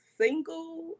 single